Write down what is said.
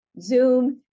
Zoom